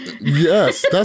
Yes